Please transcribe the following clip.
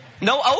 no